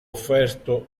offerto